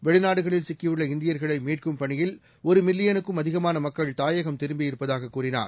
வெளிநாடுகளில் இந்தியர்களைமீட்கும் பணியில் ஒருமில்லியனுக்கும் அதிகமானமக்கள் தாயகம் திரும்பியிருப்பதாககூறினார்